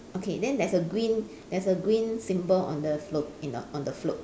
okay then there's a green there's a green symbol on the float in the on the float